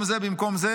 במקום זה,